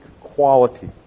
quality